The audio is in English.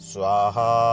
Swaha